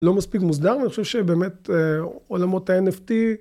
לא מספיק מוסדר ואני חושב שבאמת עולמות ה-NFT